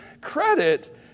credit